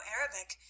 Arabic